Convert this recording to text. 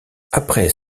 après